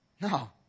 No